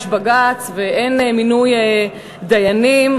יש בג"ץ ואין מינוי דיינים.